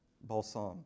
balsam